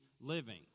living